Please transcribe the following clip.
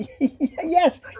yes